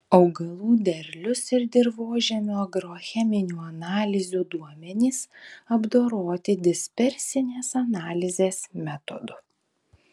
augalų derlius ir dirvožemio agrocheminių analizių duomenys apdoroti dispersinės analizės metodu